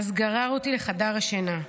ואז גרר אותי לחדר השינה.